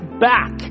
back